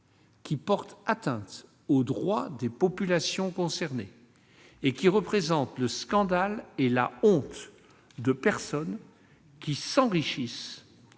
porte atteinte aux droits des populations concernées et représente le scandale et le comportement honteux des personnes qui s'enrichissent